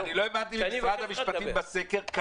לא הבנתי מה נמצא בסקר של משרד המשפטים,